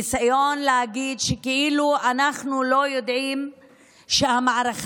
ניסיון להגיד שאנחנו כאילו לא יודעים שהמערכה